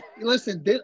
Listen